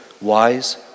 wise